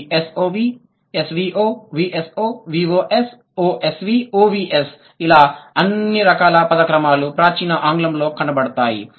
అవి SOV SVO VSO VOS OSV OVS ఇలా అన్ని రకాల పద క్రమాలు ప్రాచీన ఆంగ్లంలో కనబడతాయి